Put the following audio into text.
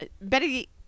Betty